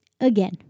again